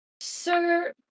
sir